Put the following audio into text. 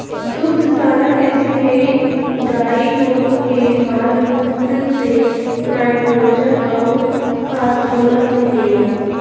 दुग्धशाला कृषि में गाई गोरु के माल मूत्र से नाइट्रोजन अउर फॉस्फोरस निकलेला